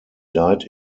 died